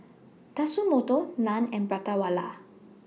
Tatsumoto NAN and Prata Wala